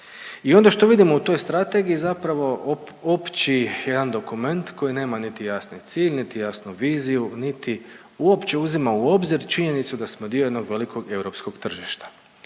I onda što vidimo u toj strategiji? Zapravo opći jedan dokument koji nema niti jasni cilj, niti jasnu viziju, niti uopće uzima u obzir činjenicu da smo dio jednog velikog europskog tržišta.